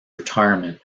retirement